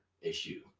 issue